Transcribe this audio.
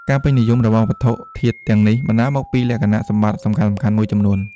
ការពេញនិយមរបស់វត្ថុធាតុទាំងនេះបណ្ដាលមកពីលក្ខណៈសម្បត្តិសំខាន់ៗមួយចំនួន។